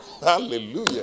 Hallelujah